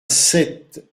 sept